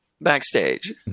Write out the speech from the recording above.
backstage